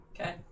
Okay